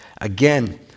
Again